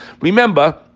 Remember